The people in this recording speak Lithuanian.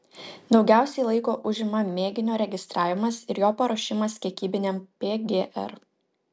daugiausiai laiko užima mėginio registravimas ir jo paruošimas kiekybiniam pgr